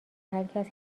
هرکس